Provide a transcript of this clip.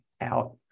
out